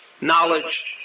knowledge